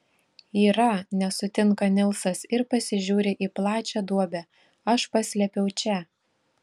yra nesutinka nilsas ir pasižiūri į plačią duobę aš paslėpiau čia